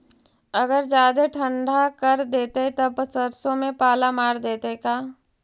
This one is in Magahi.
अगर जादे ठंडा कर देतै तब सरसों में पाला मार देतै का?